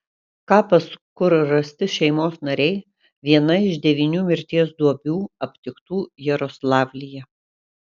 kapas kur rasti šeimos nariai viena iš devynių mirties duobių aptiktų jaroslavlyje